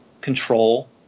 control